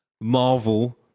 Marvel